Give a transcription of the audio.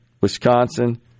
Wisconsin